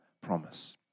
promise